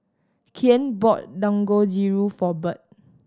Kyan bought Dangojiru for Bird